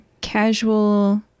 casual